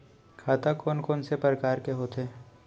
खाता कोन कोन से परकार के होथे?